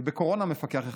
ובקורונה מפקח אחד.